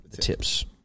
tips